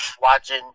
watching